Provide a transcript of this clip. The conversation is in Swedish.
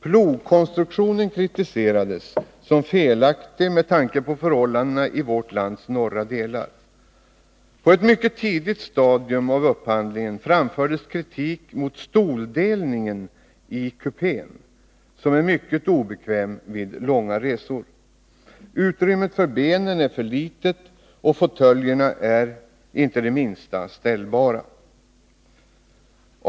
Plogkonstruktionen kritiserades såsom felaktig med tanke på förhållandena i vårt lands norra delar. På ett mycket tidigt stadium av upphandlingen framfördes kritik mot stolindelningen i kupén som är mycket obekväm vid långa resor. Utrymmet för benen är för litet, och fåtöljerna är inte det minsta ställbara.